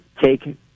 take